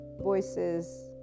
voices